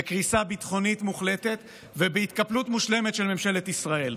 בקריסה ביטחונית מוחלטת ובהתקפלות מושלמת של ממשלת ישראל.